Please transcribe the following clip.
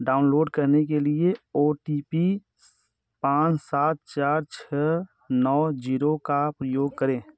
download करने के लिए ओ टी पी पाँच सात चार छः नौ जीरो का उपयोग करें